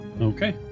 Okay